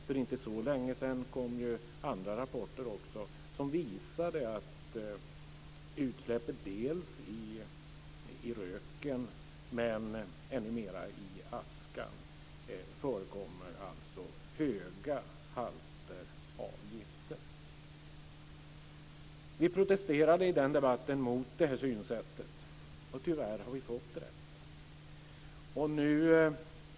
För inte så längesedan kom det också andra rapporter som visade att det i röken och ännu mer i askan förekommer höga halter av gifter. Vi protesterade i den debatten mot det här synsättet. Tyvärr har vi fått rätt.